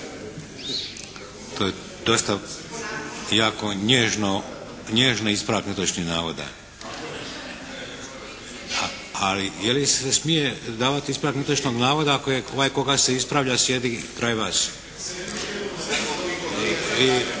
To je dosta jako nježno, nježni ispravak netočnog navoda. Ali je li se smije davati ispravak netočnog navoda ako je ovaj koga se ispravlja sjedi kraj vas?